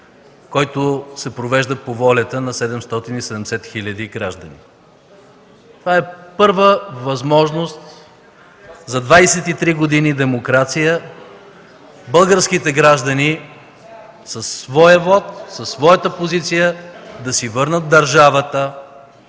който се провежда по волята на 770 хил. граждани. Това е първа възможност за 23 години демокрация българските граждани със своя вот, със своята позиция да си върнат държавата,